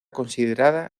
considerada